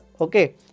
okay